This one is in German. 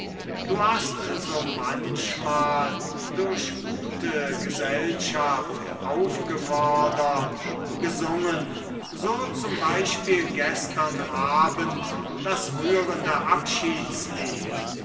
du hast so manchmal durch gute gesellschaft aufgefordert gesungen so zum beispiel gestern abend das rührende abschiedslied